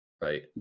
Right